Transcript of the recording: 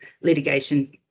litigation